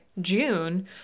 June